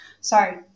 sorry